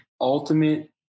ultimate